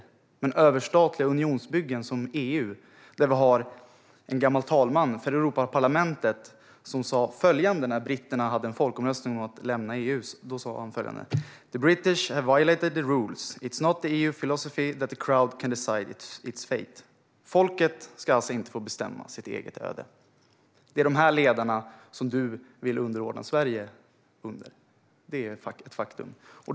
Det finns överstatliga unionsbyggen som EU. Vi har en gammal talman för Europaparlamentet som sa följande när britterna hade en folkomröstning om att lämna EU: The British have violated the rules. It is not the EU philosophy that the crowd can decide its fate. Folket ska alltså inte få bestämma sitt eget öde. Det är de ledarna som du vill att Sverige ska underordna sig. Det är ett faktum.